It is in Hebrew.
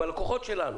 הם הלקוחות שלנו,